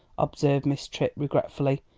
observed miss tripp regretfully,